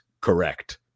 correct